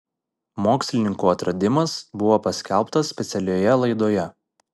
mokslininkų atradimas buvo paskelbtas specialioje laidoje